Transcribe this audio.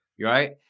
Right